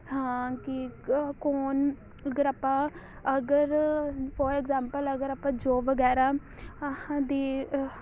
ਹਾਂ ਕੀ ਕ ਕੌਣ ਅਗਰ ਆਪਾਂ ਅਗਰ ਫੋਰ ਇਗਜ਼ੈਮਪਲ ਅਗਰ ਆਪਾਂ ਜੋਬ ਵਗੈਰਾ ਦੀ